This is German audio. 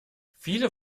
viele